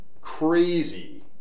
crazy